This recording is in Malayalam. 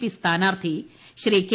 പി സ്ഥാനാർത്ഥി കെ